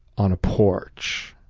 on a porch.